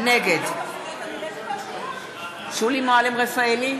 נגד שולי מועלם-רפאלי,